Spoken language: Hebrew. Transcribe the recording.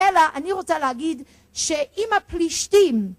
אלא אני רוצה להגיד שאם הפלישתים...